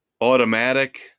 Automatic